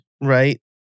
right